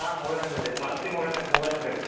ಹಾಂ ಮೊಬೈಲ್ ಅಂಗಡಿ ರೀ ಮಾರುತಿ ಮೊಬೈಲ್ ಮೊಬೈಲ್ ಅಂಗಡಿ ರೀ